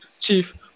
Chief